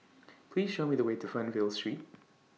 Please Show Me The Way to Fernvale Street